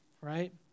right